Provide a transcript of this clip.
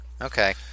Okay